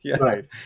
right